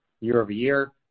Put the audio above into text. year-over-year